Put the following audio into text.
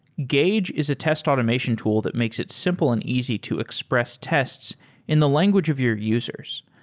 gauge is a test automation tool that makes it simple and easy to express tests in the language of your users.